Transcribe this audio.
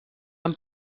amb